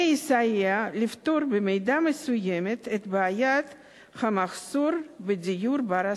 זה יסייע לפתור במידה מסוימת את בעיית המחסור בדיור בר-השגה.